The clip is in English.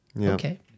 okay